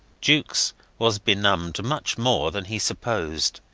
jukes was benumbed much more than he supposed.